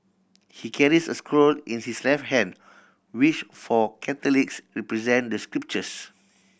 he carries a scroll in his left hand which for Catholics represent the scriptures